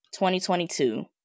2022